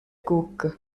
cook